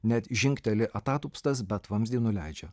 net žingteli atatupstas bet vamzdį nuleidžia